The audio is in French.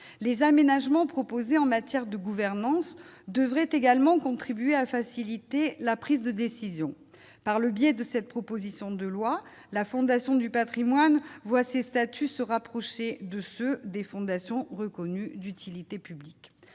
les aménagements proposés en matière de gouvernance devrait également contribuer à faciliter la prise de décision par le biais de cette proposition de loi, la Fondation du Patrimoine voici statuts se rapprocher de ceux des fondations reconnues d'utilité publique